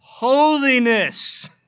Holiness